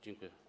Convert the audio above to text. Dziękuję.